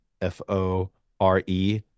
F-O-R-E